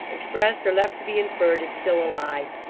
expressed or left to be inferred, is still a lie.